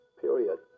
period